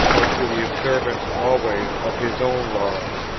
or to the observance always of his own laws.